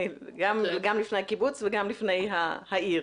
גם לפני הקיבוץ וגם לפני העיר.